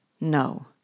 No